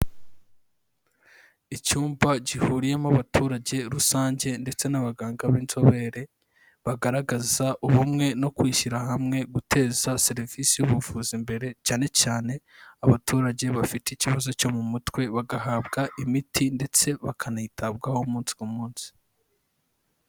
Icyumba gihuriyemo abaturage rusange ndetse n'abaganga b'inzobere, bagaragaza ubumwe no kwishyira hamwe, guteza serivisi y'ubuvuzi imbere cyane cyane abaturage bafite ikibazo cyo mu mutwe bagahabwa imiti ndetse bakanayitabwaho umunsi ku munsi.